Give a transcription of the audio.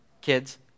kids